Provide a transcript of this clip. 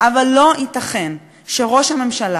אבל לא ייתכן שראש הממשלה,